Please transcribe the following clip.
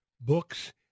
books